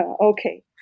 Okay